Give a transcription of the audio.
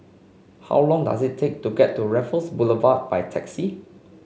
how long does it take to get to Raffles Boulevard by taxi